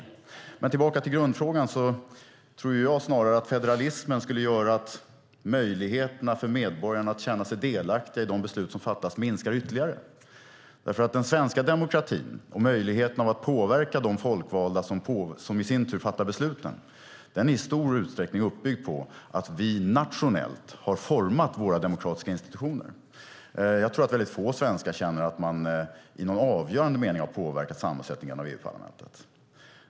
För att gå tillbaka till grundfrågan tror jag snarare att federalismen skulle göra att möjligheterna för medborgarna att känna sig delaktiga i de beslut som fattas minskar ytterligare. Den svenska demokratin och möjligheterna att påverka de folkvalda som i sin tur fattar besluten är i stor utsträckning uppbyggd på att vi nationellt har format våra demokratiska institutioner. Jag tror att få svenskar känner att man i någon avgörande mening har påverkat sammansättningen av EU-parlamentet.